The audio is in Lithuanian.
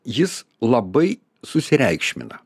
jis labai susireikšmina